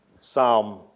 Psalm